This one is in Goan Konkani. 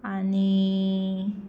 आनी